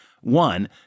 one